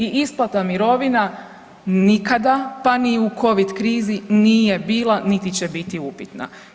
I isplata mirovina nikada pa ni u Covid krizi nije bila, niti će biti upitna.